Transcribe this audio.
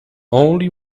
only